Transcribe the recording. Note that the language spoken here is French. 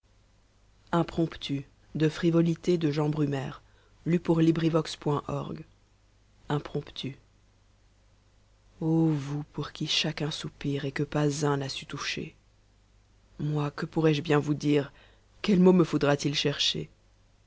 impromptu ovous pour qui chacun soupire et que pas un n'a su toucher moi que pourrai-je bien vous dire quels mots me faudra-t-il chercher